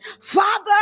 Father